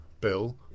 bill